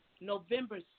November